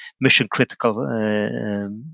mission-critical